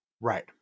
Right